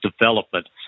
development